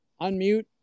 unmute